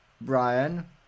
Brian